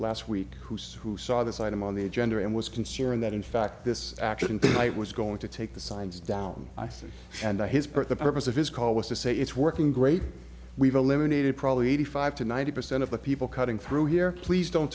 last week who said who saw this item on the agenda and was concerned that in fact this accident site was going to take the signs down i said and i his part the purpose of his call was to say it's working great we've eliminated probably eighty five to ninety percent of the people cutting through here please don't